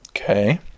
Okay